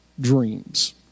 dreams